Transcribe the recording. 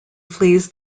flees